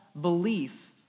belief